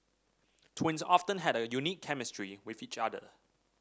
twins often have a unique chemistry with each other